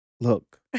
Look